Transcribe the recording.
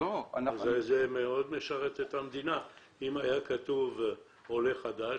זה מאוד משרת את המדינה אם היה כתוב עולה חדש